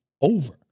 over